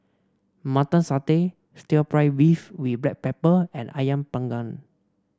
Mutton Satay stir fry beef with Black Pepper and ayam Panggang